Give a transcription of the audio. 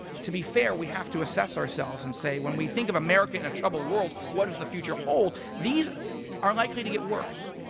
to be fair, we have to assess ourselves and say, when we think of america in a trouble world, what is the future hold? these are likely to get worse.